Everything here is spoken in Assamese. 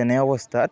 তেনে অৱস্থাত